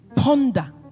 Ponder